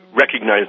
Recognize